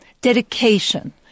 Dedication